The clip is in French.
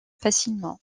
facilement